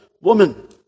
woman